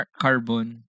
Carbon